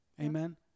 amen